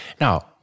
now